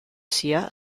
sia